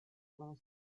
fast